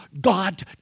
God